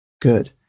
Good